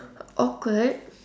awkward